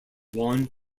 one